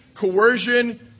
coercion